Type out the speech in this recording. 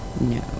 No